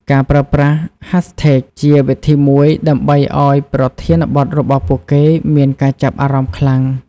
ការប្រើប្រាស់ ហាសថេក ជាវិធីមួយដើម្បីឱ្យប្រធានបទរបស់ពួកគេមានការចាប់អារម្មណ៍ខ្លាំង។